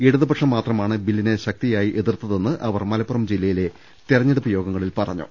ഇടതുപക്ഷം മാത്രമാണ് ബില്ലിനെ ശക്തമായി എതിർത്തതെന്ന് അവർ മലപ്പുറം ജില്ലയിലെ തെരഞ്ഞെടുപ്പ് യോഗങ്ങളിൽ പറഞ്ഞു